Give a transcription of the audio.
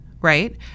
right